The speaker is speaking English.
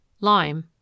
Lime